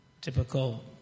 typical